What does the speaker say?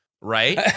Right